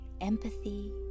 empathy